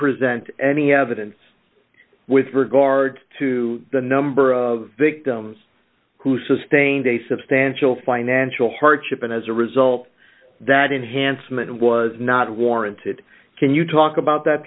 present any evidence with regard to the number of victims who sustained a substantial financial hardship and as a result that enhancement was not warranted can you talk about that